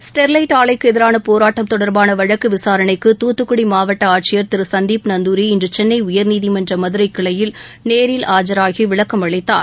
Sterlite ஆலைக்கு எதிரான போராட்டம் தொடர்பான வழக்கு விசாரணைக்கு தூத்துக்குடி மாவட்ட ஆட்சியர் திரு சந்தீப் நந்தூரி இன்று சென்னை உயர்நீதிமன்ற மதுரைக்கிளையில் நேரில் ஆஜராகி விளக்கம் அளித்தார்